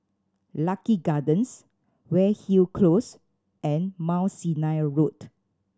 Lucky Gardens Weyhill Close and Mount Sinai Road